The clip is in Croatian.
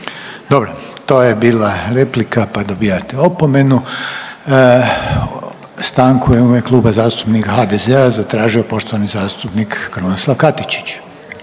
Dobro, to je bila replika pa dobijate opomenu. Stanku je u ime Kluba zastupnika HDZ-a zatražio poštovani zastupnik Krunoslav Katičić.